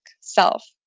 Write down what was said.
self